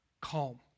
calm